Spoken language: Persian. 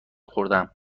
خوردهام